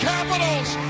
Capitals